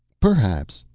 perhaps,